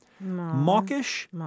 mawkish